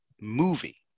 movie